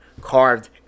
carved